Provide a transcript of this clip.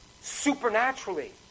supernaturally